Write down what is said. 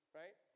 right